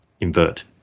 invert